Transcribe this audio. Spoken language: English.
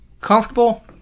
comfortable